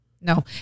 No